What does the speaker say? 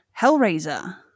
Hellraiser